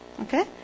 Okay